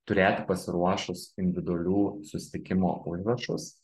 turėti pasiruošus individualių susitikimo užrašus